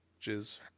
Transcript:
jizz